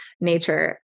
nature